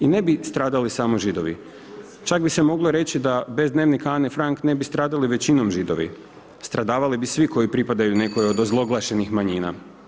I ne bi stradali samo Židovi, čak bi se moglo reći da bez Dnevnika Ane Frank, ne bi stradali većinom Židovi, stradavali bi svi koji pripadaju nekoj od zoglašenihi manjina.